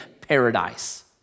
paradise